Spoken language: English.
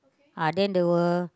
ah then the